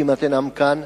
כמעט אינם כאן.